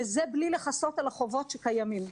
וזה בלי לכסות על החובות שקיימים,